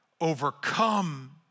overcome